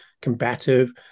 combative